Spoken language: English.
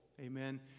Amen